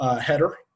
header